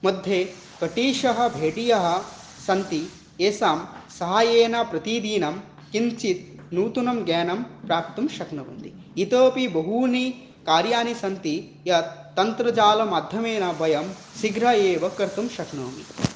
मध्ये कोटिशः भेडियः सन्ति येषां साहाय्येन प्रतिदिनं किञ्चित् नूतनं ज्ञानं प्राप्तुं शक्नुवन्ति इतोऽपि बहूनि कार्याणि सन्ति यत् तन्त्रजालमाध्यमेन वयं शीघ्रम् एव कर्तुं शक्नोमि